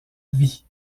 vie